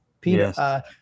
peter